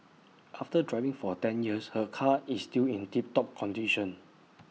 after driving for ten years her car is still in tip top condition